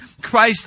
Christ